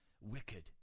wicked